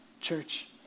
church